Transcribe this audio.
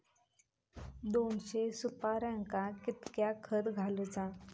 दोनशे सुपार्यांका कितक्या खत घालूचा?